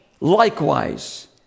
likewise